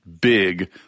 big